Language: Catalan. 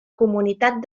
comunitat